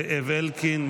זאב אלקין,